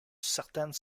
certaines